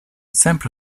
sempre